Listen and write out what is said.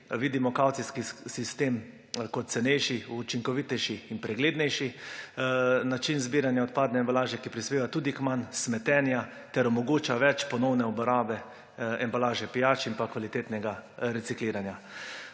vidimo kavcijski sistem kot cenejši, učinkovitejši in preglednejši način zbiranja odpadne embalaže, ki prispeva tudi k manj smetenja ter omogoča več ponovne uporabe embalaže pijač in kvalitetnega recikliranja.